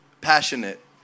passionate